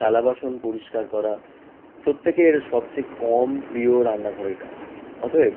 থালা বাসন পরিষ্কার করা প্রত্যেকের সবচেয়ে কম প্রিয় রান্নাঘরের কাজ অতএব